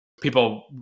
people